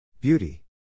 Beauty